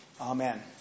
Amen